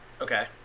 Okay